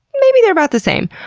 maybe they're about the same.